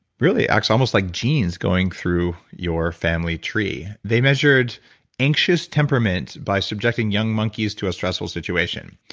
really acts almost like genes going through your family tree they measured anxious temperament by subjecting young monkeys to a stressful situation.